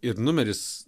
ir numeris